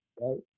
right